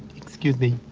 excuse me.